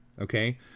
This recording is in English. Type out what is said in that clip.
Okay